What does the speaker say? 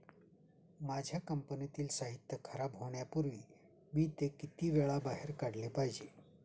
माझ्या कंपनीतील साहित्य खराब होण्यापूर्वी मी ते किती वेळा बाहेर काढले पाहिजे?